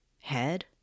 head